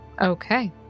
Okay